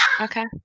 Okay